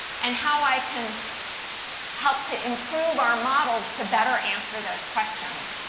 and how i can help to improve our models to better answer those questions.